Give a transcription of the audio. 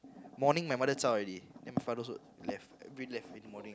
morning my mother zao already then my father also left left every morning